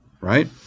right